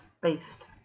based